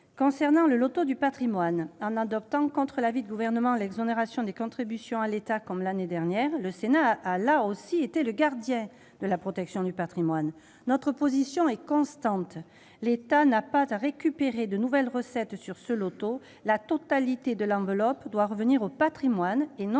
Concernant le loto du patrimoine, en adoptant, contre l'avis du Gouvernement, l'exonération des contributions à l'État, comme l'année dernière, le Sénat a une nouvelle fois été le gardien de la protection du patrimoine. Notre position est constante : l'État n'a pas à récupérer de nouvelles recettes sur ce loto. La totalité de l'enveloppe doit revenir au patrimoine, et non à Bercy.